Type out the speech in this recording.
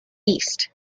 east